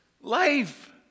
Life